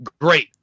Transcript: great